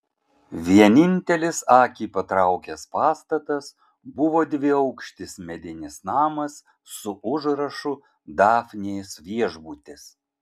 vienintelis akį patraukęs pastatas buvo dviaukštis medinis namas su užrašu dafnės viešbutis